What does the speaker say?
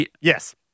Yes